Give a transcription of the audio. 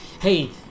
Hey